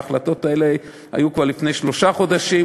וההחלטות האלה היו כבר לפני שלושה חודשים,